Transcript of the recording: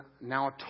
now